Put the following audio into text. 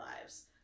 lives